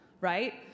right